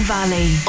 Valley